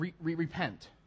Repent